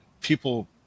people